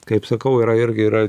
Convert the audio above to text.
kaip sakau yra irgi yra